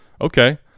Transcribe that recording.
Okay